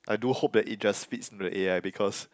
I do hope that it just feeds into the a_i because